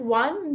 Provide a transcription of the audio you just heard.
one